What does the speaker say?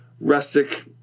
rustic